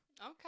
Okay